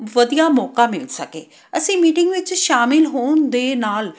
ਵਧੀਆ ਮੌਕਾ ਮਿਲ ਸਕੇ ਅਸੀਂ ਮੀਟਿੰਗ ਵਿੱਚ ਸ਼ਾਮਿਲ ਹੋਣ ਦੇ ਨਾਲ